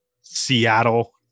Seattle